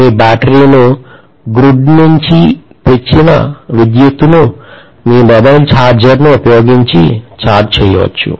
మీ బ్యాటరీను గ్రిడ్ నుండి వచ్చే విద్యుత్ ను మీ మొబైల్ ఛార్జర్ను ఉపయోగించి ఛార్జ్ చేయవచ్చు